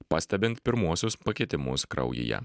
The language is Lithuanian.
pastebint pirmuosius pakitimus kraujyje